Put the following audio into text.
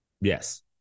Yes